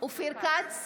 אופיר כץ,